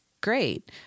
great